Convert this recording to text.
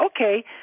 okay